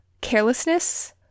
carelessness